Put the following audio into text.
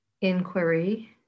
inquiry